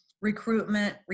recruitment